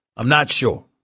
i'm not sure